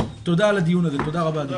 תודה על הדיון הזה, תודה רבה אדוני.